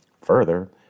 Further